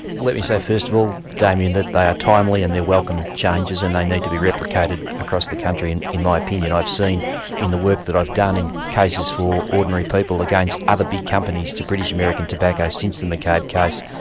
let me say first of all damien, that they are timely and they're welcome changes and they need to be replicated across the country and in my opinion. i've seen in the work that i've done in cases for ordinary people against other big companies, to british american tobacco since the mccabe case,